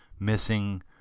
Missing